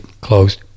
closed